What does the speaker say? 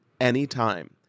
anytime